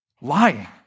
Lying